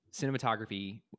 Cinematography